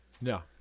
No